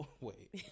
Wait